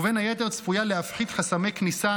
ובין היתר צפויה להפחית חסמי כניסה